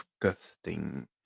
disgusting